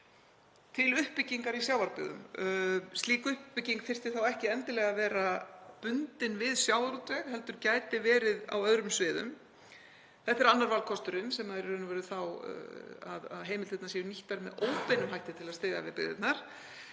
til uppbyggingar í sjávarbyggðum. Slík uppbygging þyrfti þá ekki endilega að vera bundin við sjávarútveg heldur gæti verið á öðrum sviðum. Þetta er annar valkosturinn, sem er í raun og veru að heimildirnar séu nýttar með óbeinum hætti til að styðja við byggðirnar.